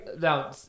now